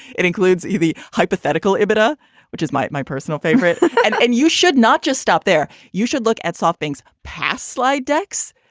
it includes the hypothetical orbiter which is mike my personal favorite and and you should not just stop there. you should look at soft things past slide decks.